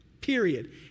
period